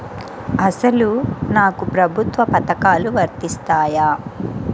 అసలు నాకు ప్రభుత్వ పథకాలు వర్తిస్తాయా?